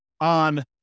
on